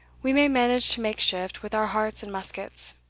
we may manage to make shift with our hearts and muskets,